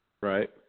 Right